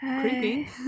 Creepy